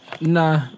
Nah